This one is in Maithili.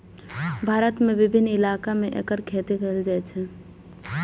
भारत के विभिन्न इलाका मे एकर खेती कैल जाइ छै